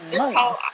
you're right